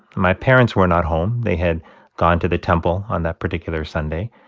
my parents were not home. they had gone to the temple on that particular sunday.